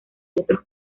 otros